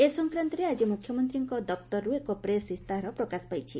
ଏ ସଂକ୍ରାନ୍ତରେ ଆକି ମୁଖ୍ୟମନ୍ତୀଙ୍କ ଦପ୍ତରରୁ ଏକ ପ୍ରେସ୍ ଇସ୍ତାହାର ପ୍ରକାଶ ପାଇଛି